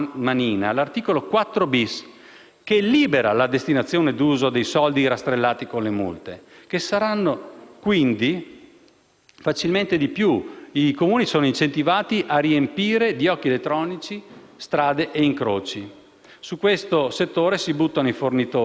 facilmente di più: i Comuni sono incentivati a riempire di occhi elettronici strade e incroci. Su questo settore si buttano i fornitori delle apparecchiature e ovviamente alcuni enti locali spregiudicati, perché con 1,7 miliardi l'anno il piatto è ricco.